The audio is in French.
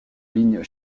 ligne